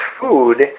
food